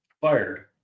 fired